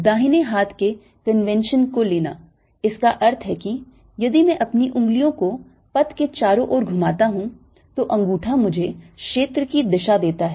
दाहिने हाथ के कन्वेंशन को लेना इसका अर्थ है कि यदि मैं अपनी उंगलियों को पथ के चारों ओर घुमाता हूं तो अंगूठा मुझे क्षेत्र की दिशा देता है